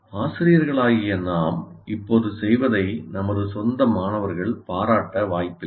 ஆசிரியர்களாகிய நாம் இப்போது செய்வதை நமது சொந்த மாணவர்கள் பாராட்ட வாய்ப்பில்லை